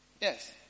Yes